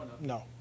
no